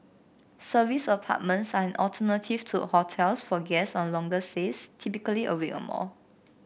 serviced apartments are an alternative to hotels for guests on longer stays typically a week or more